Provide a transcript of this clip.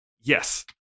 Yes